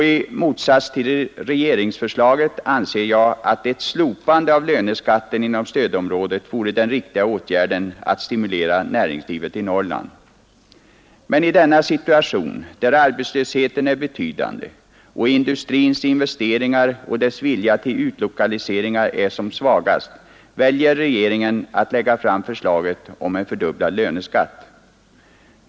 I motsats till regeringsförslaget anser jag att ett slopande av löneskatten inom stödområdet vore den riktiga åtgärden att stimulera näringslivet i Norrland. I denna situation, när arbetslösheten är betydande och industrins investeringar och vilja till utlokaliseringar är som svagast, väljer regeringen att lägga fram förslaget om en fördubblad löneskatt.